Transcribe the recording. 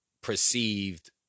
perceived